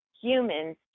humans